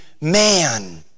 man